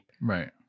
right